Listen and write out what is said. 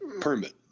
permit